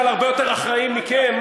אבל הרבה יותר אחראיים מכם,